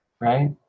right